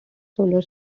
solar